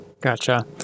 Gotcha